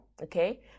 Okay